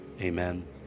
amen